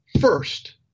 First